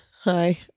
Hi